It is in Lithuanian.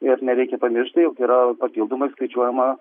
ir nereikia pamiršti jog yra papildomai skaičiuojama